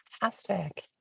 fantastic